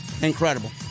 Incredible